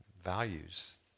values